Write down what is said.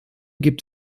gibt